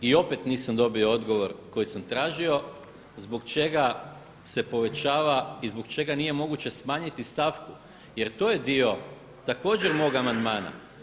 I opet nisam dobio odgovor koji sam tražio zbog čega se povećava i zbog čega nije moguće smanjiti stavku jer to je dio također moga amandmana.